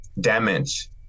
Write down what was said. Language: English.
damage